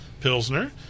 Pilsner